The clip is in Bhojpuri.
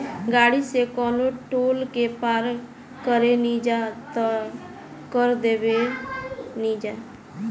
गाड़ी से कवनो टोल के पार करेनिजा त कर देबेनिजा